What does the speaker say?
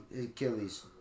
Achilles